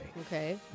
Okay